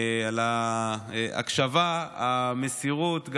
על ההקשבה, המסירות.